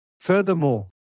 Furthermore